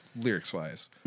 lyrics-wise